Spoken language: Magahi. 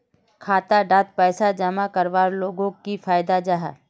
खाता डात पैसा जमा करवार लोगोक की फायदा जाहा?